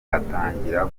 atangira